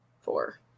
four